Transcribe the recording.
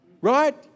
Right